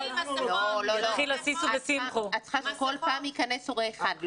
כל פעם ייכנס הורה אחד.